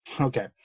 okay